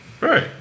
Right